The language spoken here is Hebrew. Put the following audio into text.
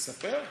לספר?